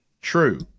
true